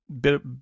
bit